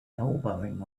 elbowing